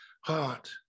heart